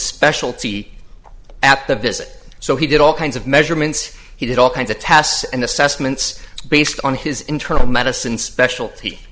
specialty at the visit so he did all kinds of measurements he did all kinds of tests and assessments based on his internal medicine specialty